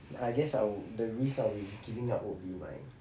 I guess I'll the risk I'll be giving up would be like